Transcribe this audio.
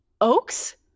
oaks